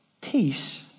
Peace